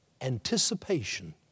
anticipation